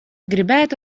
gribētu